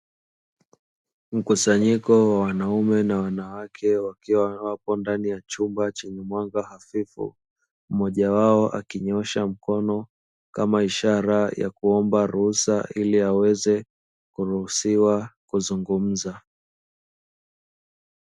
Mkusanyiko wa wanaume na wanawake wakiwa wapo ndani ya chumba chenye mwanga hafifu, mmoja wao akinyoosha mkono kama ishara ya kuomba ruhusa ili aweze kuruhusiwa kuzungumza,